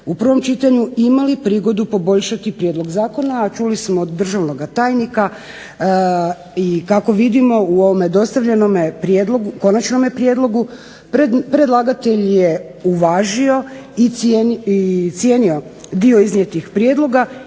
u prvom čitanju imali prigodu poboljšati prijedlog zakona, a čuli smo od državnoga tajnika i kako vidimo u ovome dostavljenome prijedlogu, konačnome prijedlogu predlagatelj je uvažio i cijenio dio iznijetih prijedloga